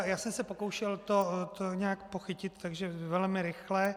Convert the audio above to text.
Já jsem se pokoušel to nějak pochytit, takže velmi rychle.